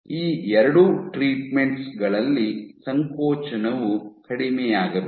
ಈ ಎರಡೂ ಟ್ರೀಟ್ಮೆಂಟ್ ಗಳಲ್ಲಿ ಸಂಕೋಚನವು ಕಡಿಮೆಯಾಗಬೇಕು